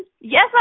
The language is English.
Yes